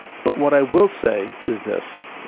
but what i will say is this